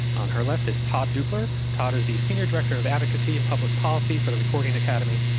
on her left is todd dupler. todd is the senior director of advocacy and public policy for the recording academy.